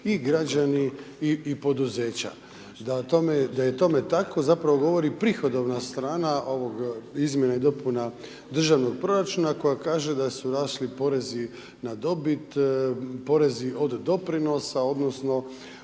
i građani poduzeća. Da je tome tako zapravo govori prihodovna strana ovog izumje a i dopuna državnog proračuna, koja kaže da su rasli porezi na dobit, porez od doprinosa, odnosno,